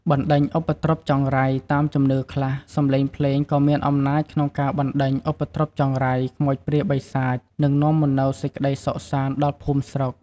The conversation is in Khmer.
បណ្តេញឧបទ្រពចង្រៃ តាមជំនឿខ្លះ សំឡេងភ្លេងក៏មានអំណាចក្នុងការបណ្តេញឧបទ្រពចង្រៃ ខ្មោចព្រាយបិសាច និងនាំមកនូវសេចក្តីសុខសាន្តដល់ភូមិស្រុក។